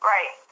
Right